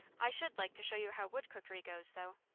i should like to show you how wood cookery goes, though.